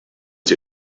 die